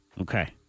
okay